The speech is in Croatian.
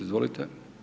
Izvolite.